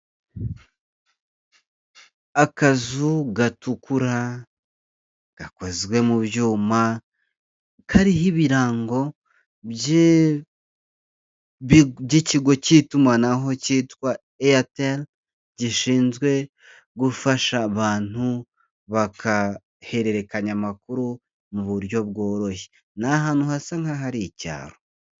Akazu gatukura gakozwe mu byuma kariho ibirango by'ikigo cy'itumanaho cyitwa Eyateri gishinzwe gufasha abantu bagahererekanya amakuru mu buryo bworoshye, ni ahantu hasa nkaho ari hari icyaro.